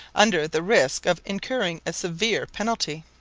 under the risk of incurring a severe penalty.